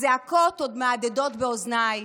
הזעקות עוד מהדהדות באוזניי.